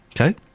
okay